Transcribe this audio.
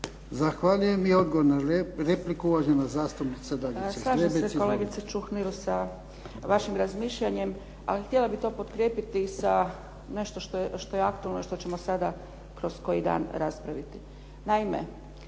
Zahvaljujem. I odgovor na repliku, uvažena zastupnica Dragica Zgrebec.